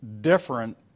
different